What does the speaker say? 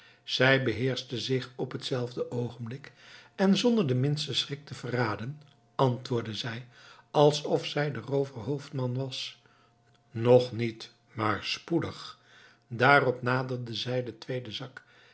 zij beheerschte zich op hetzelfde oogenblik en zonder den minsten schrik te verraden antwoordde zij alsof zij de rooverhoofdman was nog niet maar spoedig daarop naderde zij den tweeden zak